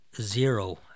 zero